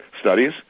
studies